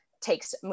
takes